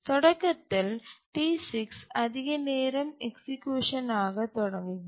தொடக்கத்தில் T6 அதிக நேரம் எக்சிக்யூஷன் ஆக தொடங்குகிறது